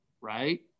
right